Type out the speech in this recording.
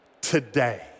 today